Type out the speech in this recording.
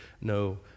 no